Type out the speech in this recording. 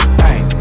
bang